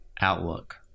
outlook